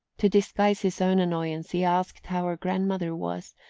to disguise his own annoyance he asked how her grandmother was,